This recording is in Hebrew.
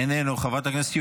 חבר הכנסת ניסים ואטורי,